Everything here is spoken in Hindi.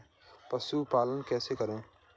पशुपालन कैसे करें?